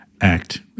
act